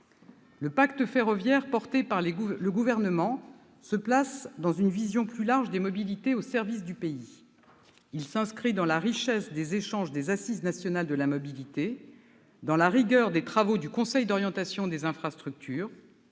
Le pacte ferroviaire porté par le Gouvernement se place dans une vision plus large des mobilités au service du pays. Il s'inspire de la richesse des échanges des Assises nationales de la mobilité et de la rigueur des travaux du Conseil d'orientation des infrastructures.